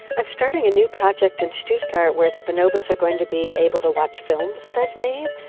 i'm starting a new project in stuttgart where the bonobos are going to be able to watch films that i've made.